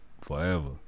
forever